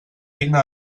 digna